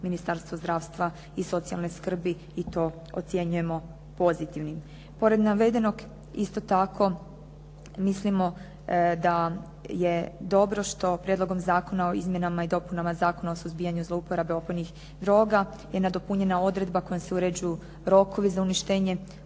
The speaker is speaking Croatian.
Ministarstvo zdravstva i socijalne skrbi i to ocjenjujemo pozitivnim. Pored navedenog isto tako mislimo da je dobro što Prijedlogom zakona o izmjenama i dopunama Zakona o suzbijanju zlouporabe opojnih droga je nadopunjena odredba kojom se uređuju rokovi za uništenje oduzetih